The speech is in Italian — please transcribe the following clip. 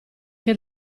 che